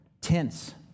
tense